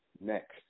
next